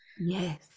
Yes